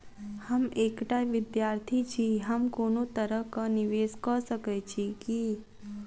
हम एकटा विधार्थी छी, हम कोनो तरह कऽ निवेश कऽ सकय छी की?